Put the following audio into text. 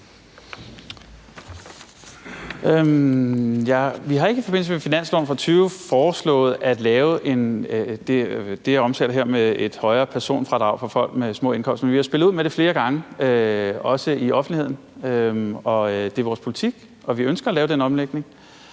Vi har ikke i forbindelse med finansloven for 2020 foreslået at lave det, jeg omtaler her, med et højere personfradrag for folk med små indkomster, men vi har spillet ud med det flere gange, også i offentligheden. Det er vores politik, og vi ønsker at lave den omlægning,